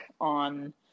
on